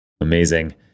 Amazing